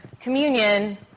communion